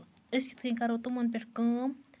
أسۍ کِتھٕ کٔنۍ کَرو تِمن پیٚٹھ کٲم